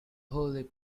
holy